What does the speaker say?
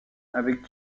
avec